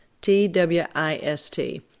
T-W-I-S-T